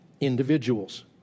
individuals